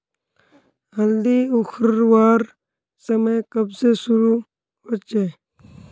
हल्दी उखरवार समय कब से शुरू होचए?